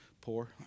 poor